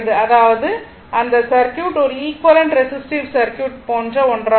அதாவது அந்த சர்க்யூட் ஒரு ஈக்விவலெண்ட் ரெசிஸ்டிவ் சர்க்யூட் போன்ற ஒன்றாகும்